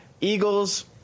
Eagles